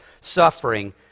suffering